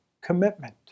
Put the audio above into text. commitment